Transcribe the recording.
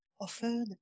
offered